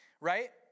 Right